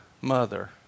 mother